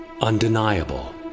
Undeniable